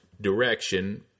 direction